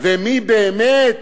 ומי באמת